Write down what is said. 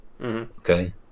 Okay